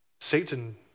Satan